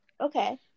Okay